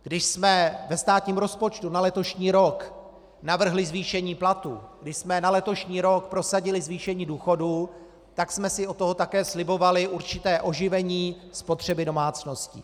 Když jsme ve státním rozpočtu na letošní rok navrhli zvýšení platů, když jsme na letošní rok prosadili zvýšení důchodů, tak jsme si od toho také slibovali určité oživení spotřeby domácností.